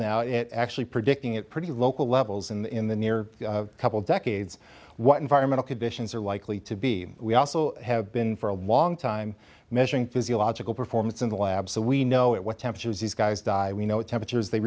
now it actually predicting at pretty local levels in the near couple decades what environmental conditions are likely to be we also have been for a long time measuring physiological performance in the lab so we know it what temperatures these guys die we know what temperatures they